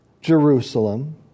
Jerusalem